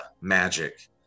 magic